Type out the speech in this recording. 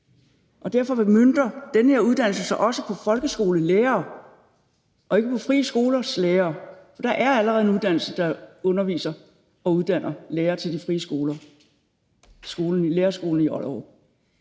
Derfor er den her uddannelse også møntet på folkeskolelærere og ikke på frie skolers lærere, for der er allerede en uddannelse, der underviser og uddanner lærere til de frie skoler, Den Frie Lærerskole i Ollerup.